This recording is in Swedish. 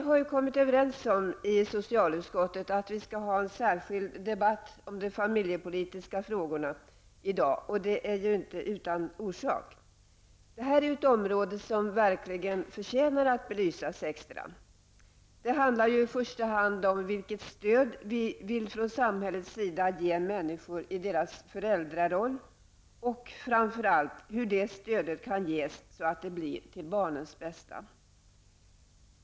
Herr talman! Vi har i socialutskottet kommit överens om att i dag ha en särskild debatt om de familjepolitiska frågorna, och det är inte utan orsak. Det här är ett område som verkligen förtjänar att belysas extra. Det handlar i första hand om vilket stöd vi från samhällets sida vill ge människor i deras föräldraroll och framför allt hur det stödet kan ges så att det blir till barnens bästa.